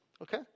Okay